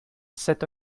sept